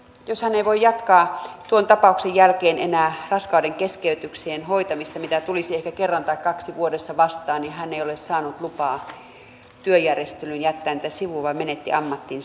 hän ei voi jatkaa tuon tapauksen jälkeen enää raskaudenkeskeytyksien hoitamista mitä tulisi ehkä kerran tai kaksi vuodessa vastaan ja hän ei ole saanut lupaa työjärjestelyin jättää niitä sivuun vaan menetti ammattinsa